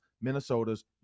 Minnesota's